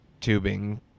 tubing